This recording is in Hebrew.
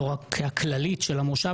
לא רק הכללית של המושב,